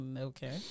Okay